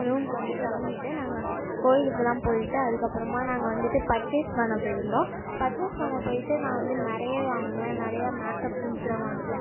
ரூமுக்கு வந்து கிளம்பிட்டு நாங்கள் கோயிலுக்கெல்லாம் போயிட்டு அதுக்கப்புறமா நாங்கள் வந்துட்டு பர்ச்சேஸ் பண்ண போயிருந்தோம் பர்ச்சேஸ் பண்ண போயிட்டு நான் வந்து நிறைய வாங்கினேன் நிறைய மேக்கப் திக்ங்ஸ்லாம் வாங்கினேன்